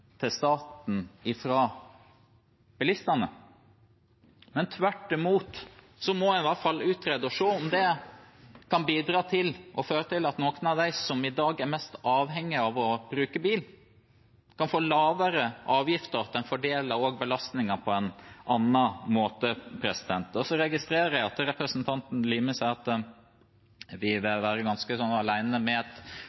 til staten fra bilistene. Tvert imot må en i hvert fall utrede og se på om det kan bidra og føre til at noen av dem som i dag er mest avhengig av å bruke bil, kan få lavere avgifter – at en fordeler belastningen på en annen måte. Jeg registrerer også at representanten Limi sier at vi vil